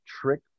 trick